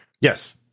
Yes